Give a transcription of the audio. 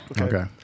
Okay